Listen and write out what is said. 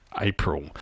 April